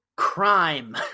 Crime